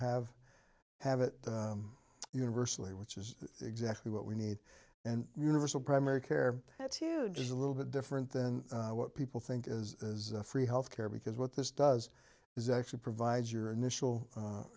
have have it universally which is exactly what we need and universal primary care too just a little bit different than what people think is free health care because what this does is actually provides your initial